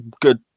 good